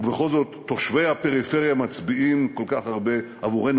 ובכל זאת תושבי הפריפריה מצביעים כל כך הרבה עבורנו.